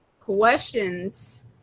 questions